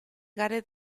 gare